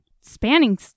spanning